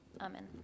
Amen